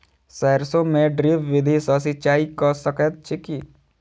सैरसो मे ड्रिप विधि सँ सिंचाई कऽ सकैत छी की?